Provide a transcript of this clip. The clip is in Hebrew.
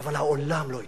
אבל העולם לא אתנו.